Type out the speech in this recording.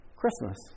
Christmas